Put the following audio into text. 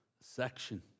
section